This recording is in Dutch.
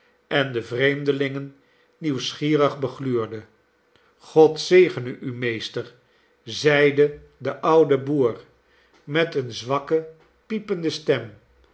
en de vreemdelingen nieuwsgierig begluurde god zegene u meesterl zeide de oude boer met eene zwakke piepende stem